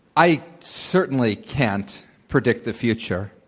i certainly can't predict the future.